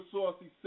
Saucy